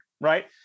right